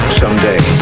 someday